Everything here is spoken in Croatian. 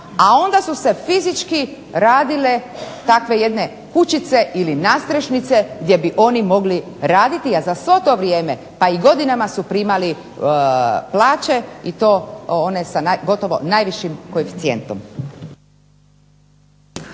a onda su se fizički radile takve jedne kućice ili nadstrešnice gdje bi oni mogli raditi, a za svo to vrijeme pa i godinama su primali plaće i o one sa gotovo najvišim koeficijentom.